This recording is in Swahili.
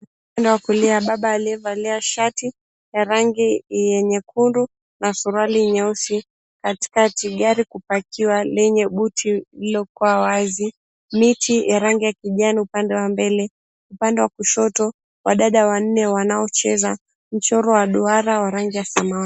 Mkono wa kulia baba aliyevalia shati ya rangi ya nyekundu na suruali nyeusi. Katikati gari kupakiwa lenye buti uliokuwa wazi. Miti ya rangi ya kijani upande wa mbele. Upande wa kushoto, wadada wanne wanaocheza, mchoro wa duara wa rangi ya samawati.